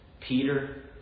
Peter